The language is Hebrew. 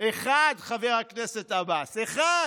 אחד, חבר הכנסת עבאס, אחד,